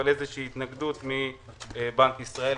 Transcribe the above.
אבל התנגדות מבנק ישראל.